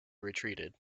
retreated